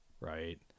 Right